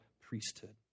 priesthood